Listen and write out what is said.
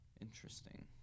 Interesting